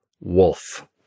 Wolf